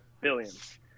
Billions